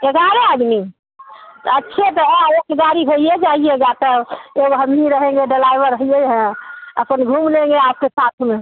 ग्यारह आदमी तो अच्छे तो हाँ एक गारी हइये जाइएगा तो एक हम भी रहेंगे डलाइवर हइये है अपन घूम लेंगे आपके साथ में